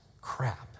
crap